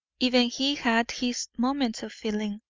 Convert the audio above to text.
even he had his moments of feeling.